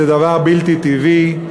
זה דבר בלתי טבעי,